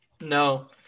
No